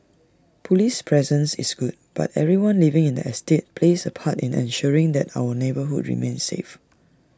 Police presence is good but everyone living in the estate plays A part in ensuring that our neighbourhoods remain safe